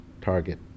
target